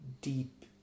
deep